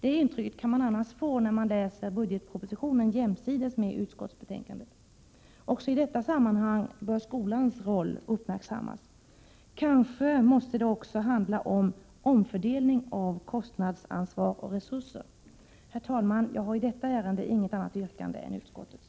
Det intrycket kan man annars få när man läser budgetpropositionen jämsides med utskottsbetänkandet. Också i detta sammanhang bör skolans roll uppmärksammas. Kanske måste det också handla om omfördelning av kostnadsansvar och resurser. Herr talman! Jag har i detta ärende inget annat yrkande än utskottets.